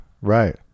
right